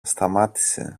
σταμάτησε